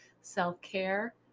self-care